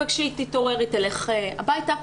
וכשהיא תתעורר היא תלך הביתה.